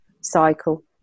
cycle